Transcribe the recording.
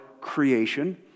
creation